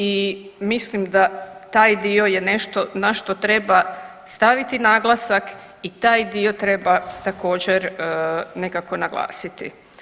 I mislim da taj dio je nešto na što treba staviti naglasak i taj dio treba također nekako naglasiti.